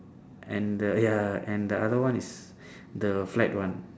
and the ya and the other one is the flat one